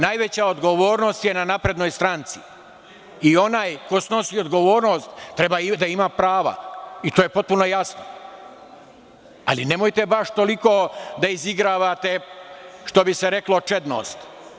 Najveća odgovornost je na SNS i onaj ko snosi odgovornost treba da ima prava i to je potpuno jasno, ali nemojte baš toliko da izigravate, što bi se reklo, čednost.